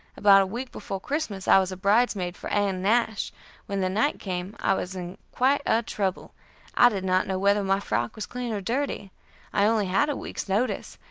about a week before christmas i was bridesmaid for ann nash when the night came i was in quite a trouble i did not know whether my frock was clean or dirty i only had a week's notice,